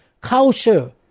Culture